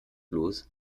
bloß